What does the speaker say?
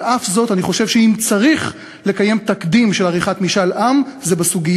נכים וחובבי בקשישים נצחיים, ותושביה